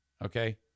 Okay